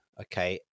okay